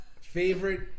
favorite